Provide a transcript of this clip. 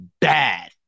bad